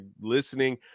listening